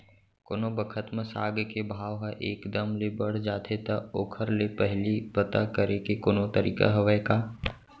कोनो बखत म साग के भाव ह एक दम ले बढ़ जाथे त ओखर ले पहिली पता करे के कोनो तरीका हवय का?